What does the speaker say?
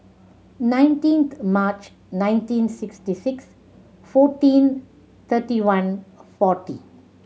nineteenth March nineteen sixty six fourteen thirty one forty